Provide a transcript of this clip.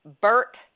Bert